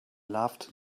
loved